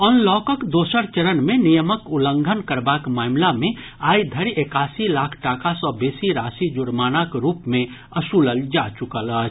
अनलॉकक दोसर चरण मे नियमक उल्लंघन करबाक मामिला मे आइ धरि एकासी लाख टाका सँ बेसी राशि जुर्मानाक रूप मे वसूलल जा चुकल अछि